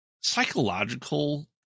psychological